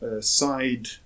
side